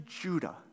Judah